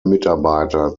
mitarbeiter